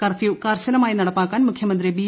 curfew കർശനമായി നടപ്പാക്കാൻ മുഖ്യമന്ത്രി ബി